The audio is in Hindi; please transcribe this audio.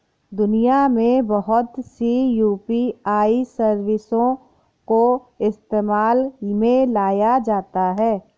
दुनिया में बहुत सी यू.पी.आई सर्विसों को इस्तेमाल में लाया जाता है